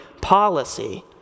policy